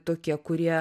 tokie kurie